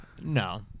No